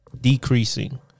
decreasing